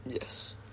Yes